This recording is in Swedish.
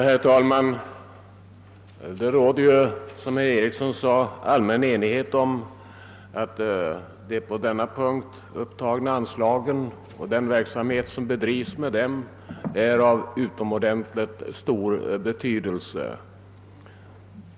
Herr talman! Det råder, som herr Eriksson i Arvika sade, allmän enighet om att de under denna punkt upptagna anslagen och den verksamhet som be drivs med dem är av utomordentligt stor betydelse.